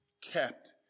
kept